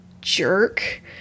jerk